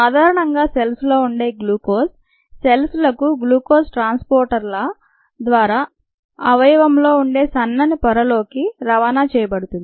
సాధారణంగాసెల్స్లో ఉండే గ్లూకోజ్ సెల్స్లకు glucose transporter ల ద్వారా అవయవంలో ఉండే సన్నని పొరలోకి రవాణా చేయబడుతుంది